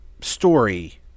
story